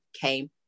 came